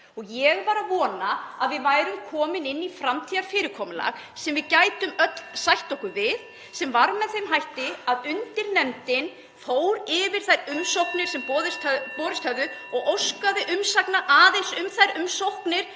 og ég var að vona að við værum komin inn í framtíðarfyrirkomulag sem við gætum öll sætt okkur við, sem var með þeim hætti að undirnefndin fór yfir þær umsóknir sem borist höfðu og óskaði aðeins umsagna um þær umsóknir